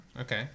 okay